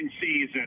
season